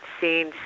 seen